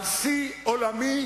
על שיא עולמי